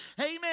amen